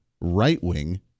right-wing